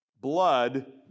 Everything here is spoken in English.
blood